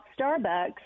Starbucks